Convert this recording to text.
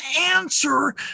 answer